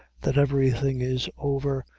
that every thing is over,